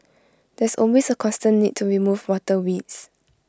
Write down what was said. there's always A constant need to remove water weeds